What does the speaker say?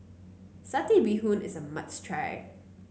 Satay Bee Hoon is a must try